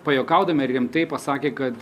pajuokaudami ar rimtai pasakė kad